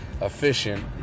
efficient